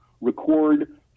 record